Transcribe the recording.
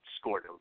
scored